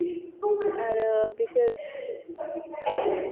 आरो बिसोर